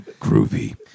groovy